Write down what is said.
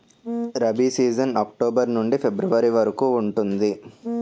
rabi season October నుండి February వరకు ఉంటుంది